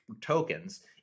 tokens